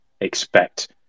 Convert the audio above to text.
expect